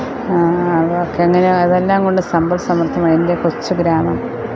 അതൊക്കെ അങ്ങനെ അതെല്ലാം കൊണ്ടും സമ്പൽസമൃദ്ധമായ എൻ്റെ കൊച്ചു ഗ്രാമം